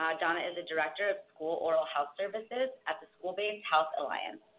donna is a director of school oral health services at the school-based health alliance.